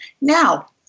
Now